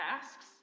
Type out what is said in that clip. tasks